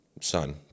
son